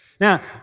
Now